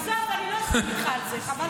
עזוב, אני לא אסכים איתך על זה, חבל על הזמן.